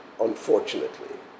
unfortunately